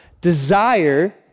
desire